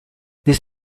this